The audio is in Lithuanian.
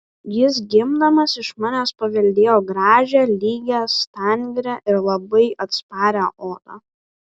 jis gimdamas iš manęs paveldėjo gražią lygią stangrią ir labai atsparią odą